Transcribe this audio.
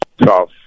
tough